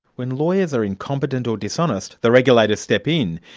when lawyers are incompetent or dishonest, the regulators step in.